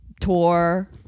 tour